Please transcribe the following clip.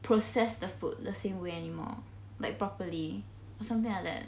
process the food the same way anymore like properly or something like that